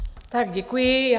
Děkuji.